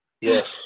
Yes